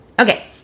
Okay